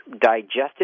digested